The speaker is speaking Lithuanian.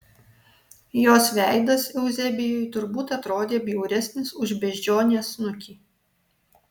jos veidas euzebijui turbūt atrodė bjauresnis už beždžionės snukį